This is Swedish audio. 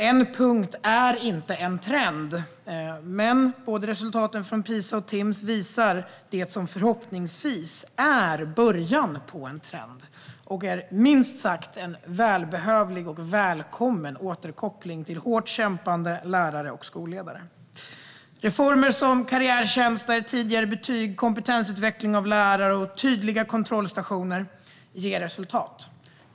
En punkt är inte en trend, men resultaten från både PISA och Timss visar det som förhoppningsvis är början på en trend. Det är minst sagt en välbehövlig och välkommen återkoppling till hårt kämpande lärare och skolledare. Reformer som karriärtjänster, tidigare betyg, kompetensutveckling för lärare och tydliga kontrollstationer ger resultat.